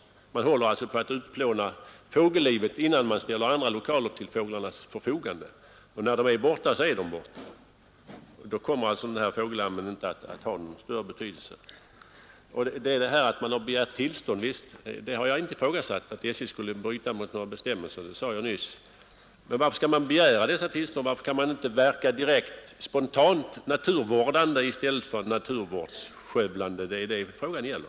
Man håller alltså på att utplåna fågellivet innan man ställer andra lokaler till fåglarnas förfogande, och när de är borta så är de borta. Då kommer denna fågeldamm inte att få någon större betydelse. Det är klart att man har begärt tillstånd; jag har aldrig gjort gällande att SJ bryter mot gällande bestämmelser — det sade jag nyss. Men varför skall man begära sådant tillstånd? Varför kan man inte verka spontant naturvårdande i stället för naturskövlande — det är det frågan gäller.